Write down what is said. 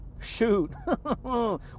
shoot